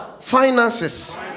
Finances